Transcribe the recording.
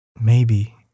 Maybe